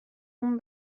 اون